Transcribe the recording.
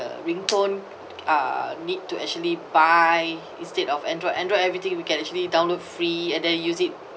ringtone uh need to actually buy instead of android android everything we can actually download free and then use it